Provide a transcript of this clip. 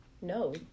No